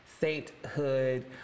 sainthood